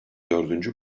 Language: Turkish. dördüncü